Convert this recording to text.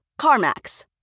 CarMax